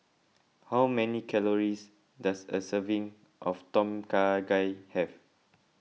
how many calories does a serving of Tom Kha Gai have